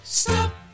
stop